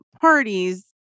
parties